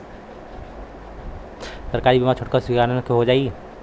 सरकारी बीमा छोटकन किसान क हो जाई?